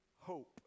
hope